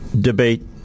debate